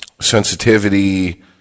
sensitivity